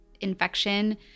infection